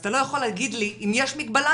אז אתה לא יכול להגיד לי אם יש מגבלה,